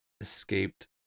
escaped